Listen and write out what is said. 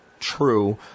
True